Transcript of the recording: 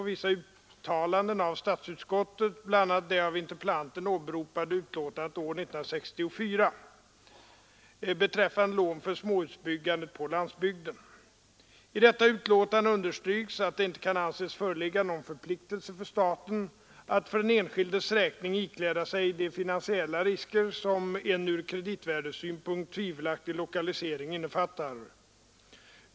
I detta utlåtande understryks att det inte kan anses föreligga någon förpliktelse för staten att för den enskildes räkning ikläda sig de finansiella risker som en ur kreditvärdessynpunkt tvivelaktig lokalisering innefattar.